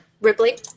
Ripley